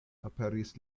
aperis